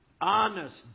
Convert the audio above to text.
honest